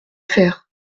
faire